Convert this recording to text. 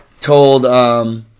told –